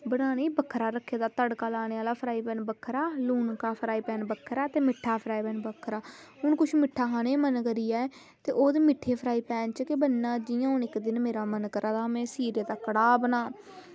बनाने ई बक्खरा रक्खे दा तड़का ते तड़का लाने आह्ला फ्राईपेन बक्खरा लूनका फ्राईपेन बक्खरा ते लूनका फ्राईपेन बक्खरा ते हून किश मिट्ठा खानै गी गै मन करी जाये ते ओह् ते मिट्ठे फ्राईपेन च गै बनना ते इंया मेरा मन करा दा में सीरे दा कड़ाह् बनांऽ